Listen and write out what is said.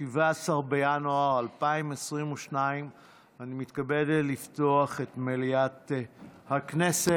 17 בינואר 2022. אני מתכבד לפתוח את מליאת הכנסת.